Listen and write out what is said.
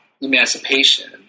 emancipation